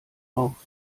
auf